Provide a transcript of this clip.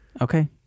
Okay